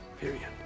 period